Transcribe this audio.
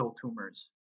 tumors